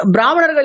Brahmana